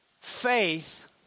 Faith